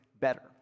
better